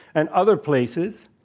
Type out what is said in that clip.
and other places,